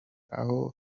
aho